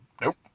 Nope